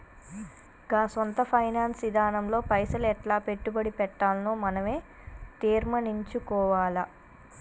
గా సొంత ఫైనాన్స్ ఇదానంలో పైసలు ఎట్లా పెట్టుబడి పెట్టాల్నో మనవే తీర్మనించుకోవాల